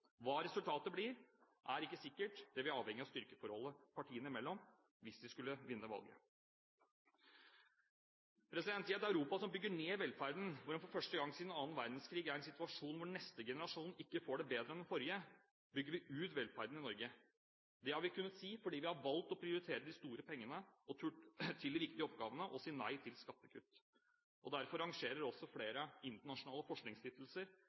Hva resultatet blir, er ikke sikkert. Det vil avhenge av styrkeforholdet partiene imellom – hvis de skulle vinne valget. I et Europa som bygger ned velferden, og hvor man for første gang siden annen verdenskrig er i en situasjon hvor neste generasjon ikke får det bedre enn den forrige, bygger vi ut velferden i Norge. Det har vi kunnet fordi vi har valgt å prioritere de store pengene til de riktige oppgavene og si nei til skattekutt. Derfor rangerer også flere internasjonale